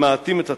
שממעטים את עצמכם.